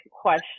question